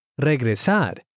regresar